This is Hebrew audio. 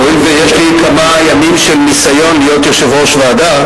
הואיל ויש לי כמה ימים של ניסיון להיות יושב-ראש ועדה,